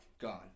Gone